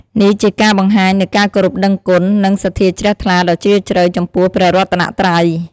នេះជាការបង្ហាញនូវការគោរពដឹងគុណ និងសទ្ធាជ្រះថ្លាដ៏ជ្រាលជ្រៅចំពោះព្រះរតនត្រ័យ។